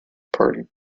party